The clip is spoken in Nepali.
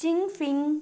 चिङफिङ